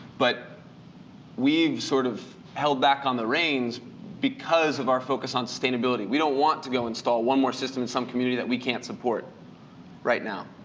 but we've sort of held back on the reins because of our focus on sustainability. we don't want to go install one more system in some community that we can't support right now.